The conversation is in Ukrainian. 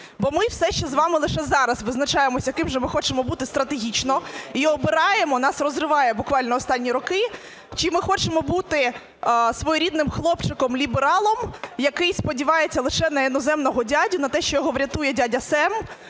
бо ми все ще з вами лише зараз визначаємося, ким же ми хочемо бути стратегічно, і обираємо, нас розриває буквально останні роки, чи ми хочемо бути своєрідним хлопчиком-лібералом, який сподівається лише на іноземного дядю, на те, що його врятує "дядя Сем"